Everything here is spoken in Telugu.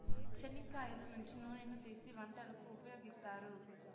చెనిక్కాయల నుంచి నూనెను తీసీ వంటలకు ఉపయోగిత్తారు